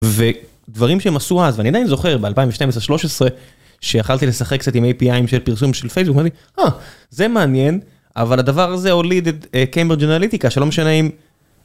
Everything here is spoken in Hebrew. ודברים שהם עשו אז ואני זוכר ב-2012-2013 שיכלתי לשחק קצת עם API של פרסום של פייסבוק, זה מעניין אבל הדבר הזה הוליד את Cambridge Analytica שלא משנה אם.